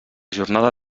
jornada